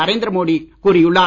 நரேந்திர மோடி கூறியுள்ளார்